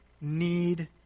need